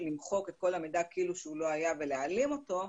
למחוק את כל המידע כאילו שהוא לא היה ולהעלים אותו,